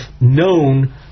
known